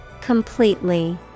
Completely